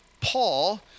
Paul